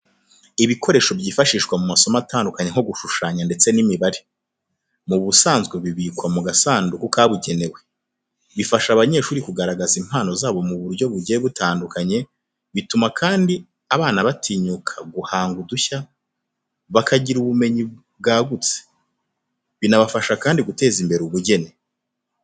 Ibikoresho byifashishwa mu masomo atandukanye nko gushushanya ndetse n'imibare. Mu busanzwe bibikwa mu gasanduku kabugenewe. Bifasha abanyeshuri kugaragaza impano zabo mu buryo bugiye butandukanye, bituma kandi abana batinyuka guhanga udushya, bakagira ubumenyi bwagutse. Binabafasha kandi guteza imbere ubugeni.